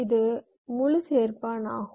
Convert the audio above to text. இது ஒரு முழு சேர்ப்பான் ஆகும்